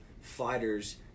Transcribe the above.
fighters